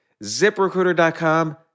ZipRecruiter.com